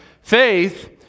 Faith